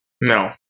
No